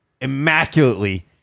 immaculately